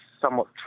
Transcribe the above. somewhat